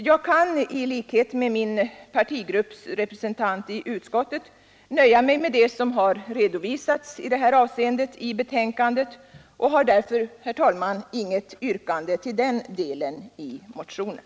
Jag kan i det här avseendet, i likhet med min partigrupps representant i utskottet, nöja mig med det som redovisas i betänkandet och har därför, herr talman, inget yrkande till den delen i motionen.